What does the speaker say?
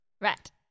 Right